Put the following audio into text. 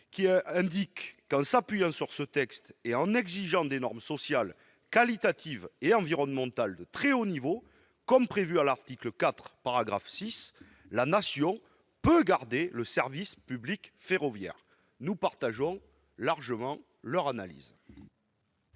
son document, qu'en s'appuyant sur ce texte et en exigeant des normes sociales, qualitatives et environnementales de haut niveau, comme prévu au paragraphe 6 de l'article 4, la Nation peut garder le service public ferroviaire. Nous partageons largement cette analyse